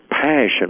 passion